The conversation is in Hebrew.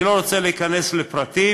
אני לא רוצה להיכנס לפרטים,